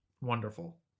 wonderful